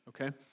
okay